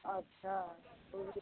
अच्छा